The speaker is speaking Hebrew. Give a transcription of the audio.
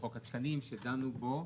לחוק התקנים שדנו בו.